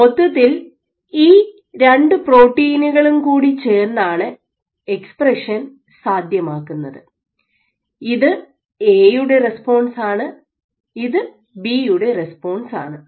മൊത്തത്തിൽ ഈ രണ്ടു പ്രോട്ടീനുകളും കൂടി ചേർന്നാണ് എക്സ്പ്രഷൻ സാധ്യമാക്കുന്നത് ഇത് എയുടെ റെസ്പോൺസ് ആണ് ഇത് ബിയുടെ റെസ്പോൺസ് ആണ്